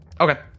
Okay